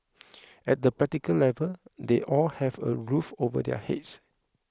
at the practical level they all have a roof over their heads